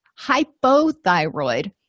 hypothyroid